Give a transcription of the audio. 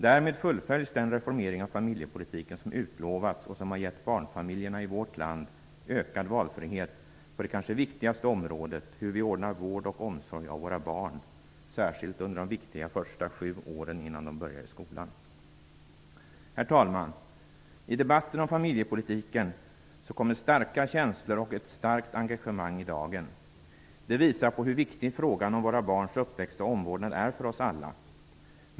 Därmed fullföljs den reformering av familjepolitiken som utlovats och som har gett barnfamiljerna i vårt land en ökad valfrihet på det kanske viktigaste området, nämligen hur vi ordnar vård och omsorg åt våra barn, särskilt under de viktiga första sju åren innan de börjar i skolan. Herr talman! I debatten om familjepolitiken kommer starka känslor och ett starkt engagemang i dagen. Det visar på hur viktig frågan om våra barns uppväxt och omvårdnad är för oss alla.